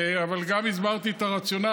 אבל גם הסברתי את הרציונל,